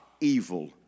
evil